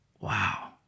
Wow